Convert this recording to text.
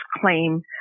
claim